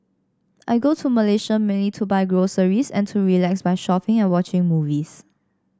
I go to Malaysia mainly to buy groceries and to relax by shopping and watching movies